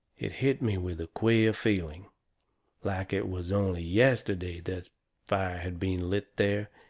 it hit me with a queer feeling like it was only yesterday that fire had been lit there.